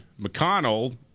McConnell